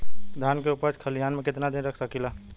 धान के उपज खलिहान मे कितना दिन रख सकि ला?